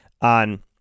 on